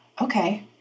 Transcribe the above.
Okay